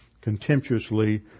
contemptuously